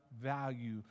value